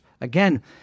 Again